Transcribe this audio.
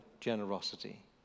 generosity